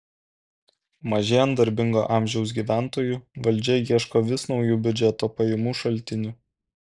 mažėjant darbingo amžiaus gyventojų valdžia ieško vis naujų biudžeto pajamų šaltinių